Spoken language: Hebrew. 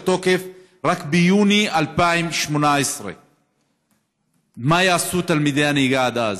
רק ביוני 2018. מה יעשו תלמידי הנהיגה עד אז?